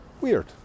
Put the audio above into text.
weird